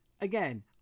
again